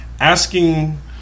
Asking